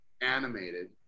animated